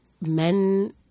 men